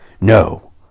no